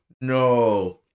No